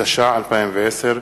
התש"ע 2010,